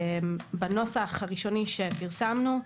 בנוסח הראשוני שפרסמנו,